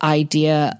idea